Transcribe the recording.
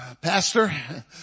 Pastor